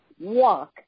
walk